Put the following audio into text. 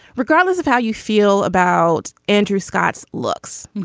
regardless of how you feel about andrew scott's looks,